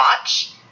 watch